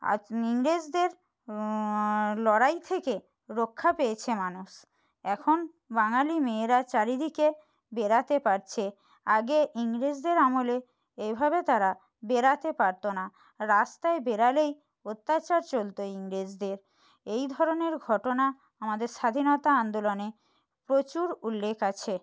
আজ ইংরেজদের লড়াই থেকে রক্ষা পেয়েছে মানুষ এখন বাঙালি মেয়েরা চারিদিকে বেরাতে পারছে আগে ইংরেজদের আমলে এইভাবে তারা বেরাতে পারতো না রাস্তায় বেরালেই অত্যাচার চলতো ইংরেজদের এই ধরনের ঘটনা আমাদের স্বাধীনতা আন্দোলনে প্রচুর উল্লেখ আছে